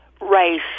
race